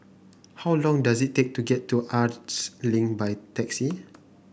how long does it take to get to Arts Link by taxi